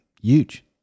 huge